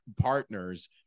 partners